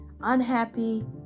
unhappy